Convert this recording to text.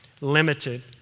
limited